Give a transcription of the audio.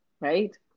Right